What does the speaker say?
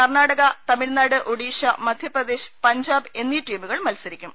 കർണാടക തമിഴ്നാട് ഒഡിഷ മധ്യപ്രദേശ് പഞ്ചാബ് എന്നീ ടീമുകൾ മത്സരിക്കും